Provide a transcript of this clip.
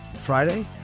Friday